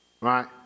right